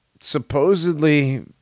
supposedly